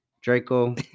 Draco